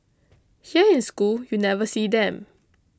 here in school you never see them